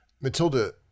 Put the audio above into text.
Matilda